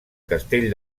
castell